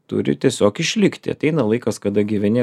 turi tiesiog išlikti ateina laikas kada gyveni